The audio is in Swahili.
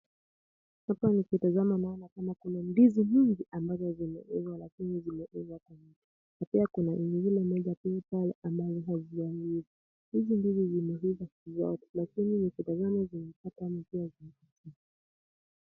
Hapa nikitazama naona kama kuna ndizi mbili ambazo zimeiva lakini zimeiva kwa wingi, na pia kuna lingine moja pale ambayo hazijaiva, hizi mbili zimeiva zote lakini nikitazama zinataka mtu azi...